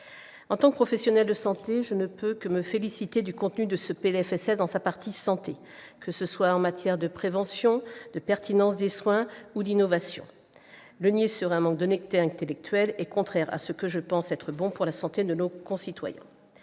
En tant que professionnelle de santé, je ne peux que me féliciter du contenu de ce PLFSS dans sa partie santé, que ce soit en matière de prévention, de pertinence des soins ou d'innovation. Le nier serait un manque d'honnêteté intellectuelle et contraire à ce que je pense être bon pour la santé de nos concitoyens.